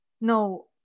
no